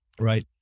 Right